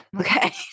Okay